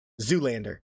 Zoolander